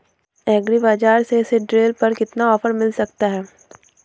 Agree बाजार से seed drill पर कितना ऑफर मिल सकता है?